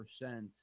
percent